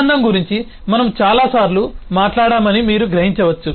సంబంధం గురించి మనము చాలాసార్లు మాట్లాడామని మీరు గ్రహించవచ్చు